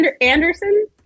Anderson